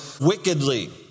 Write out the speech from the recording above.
wickedly